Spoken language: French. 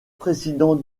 président